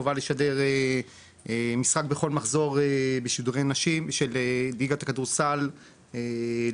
יש חובה לשדר משחק בכל מחזור בשידורי נשים של ליגת הכדורסל לנשים.